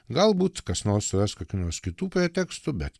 galbūt kas nors suras kokių nors kitų pretekstu bet